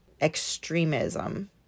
extremism